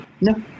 No